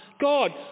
God